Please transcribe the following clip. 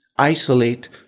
isolate